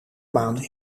maan